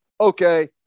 Okay